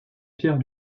pierre